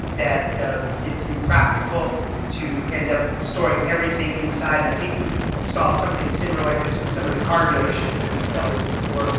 that it's impractical to end up storing everything inside. and i think we saw something similar like this with some of the car dealerships that we've dealt with before.